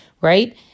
right